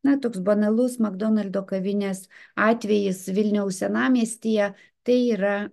na toks banalus makdonaldo kavinės atvejis vilniaus senamiestyje tai yra